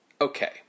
Okay